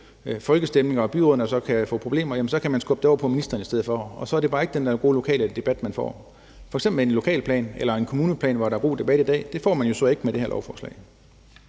folkestemning, hvor byrådene kan få problemer, så kan man skubbe det over på ministeren i stedet for, og så er det bare ikke den der gode lokale debat, man får. Det gælder f.eks. med en lokalplan eller en kommuneplan, at der er god debat i dag, og det får man jo så ikke med det her lovforslag.